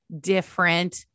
different